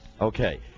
Okay